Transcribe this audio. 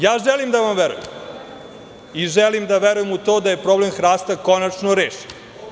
Ja želim da vam verujem i želim da verujem u to da je problem hrasta konačno rešen.